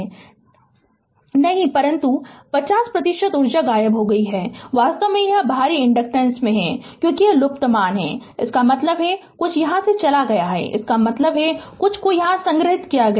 नहीं तू इसकी कि 50 प्रतिशत ऊर्जा गायब हो गई है वास्तव में यह बाहारी इन्डकटेंसेस में है क्योंकि यह लुप्त मान है इसका मतलब है कुछ यहाँ से चला गया है इसका मतलब है कुछ को यहाँ संग्रहीत किया जाता है